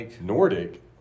Nordic